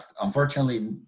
unfortunately